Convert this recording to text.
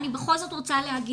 אני בכל זאת רוצה להגיד,